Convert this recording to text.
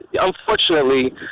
unfortunately